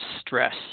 stress